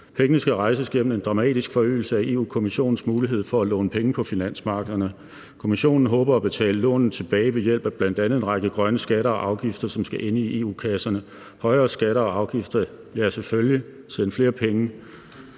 Pengene skal rejses gennem en dramatisk forøgelse af Europa-Kommissionens mulighed for at låne penge på finansmarkederne. Kommissionen håber at betale lånet tilbage ved hjælp af bl.a. en række grønne skatter og afgifter, som skal ende i EU-kasserne – højere skatter og afgifter – ja, selvfølgelig: Send flere penge.